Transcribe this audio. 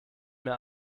mehr